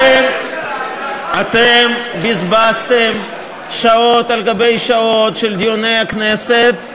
אתם בזבזתם שעות על שעות של דיוני הכנסת,